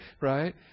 Right